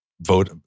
vote